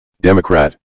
Democrat